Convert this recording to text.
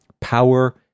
power